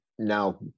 Now